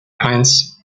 eins